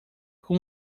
com